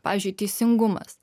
pavyzdžiui teisingumas